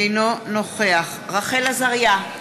אינו נוכח רחל עזריה,